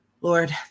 Lord